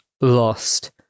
lost